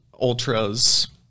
ultras